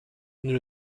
nous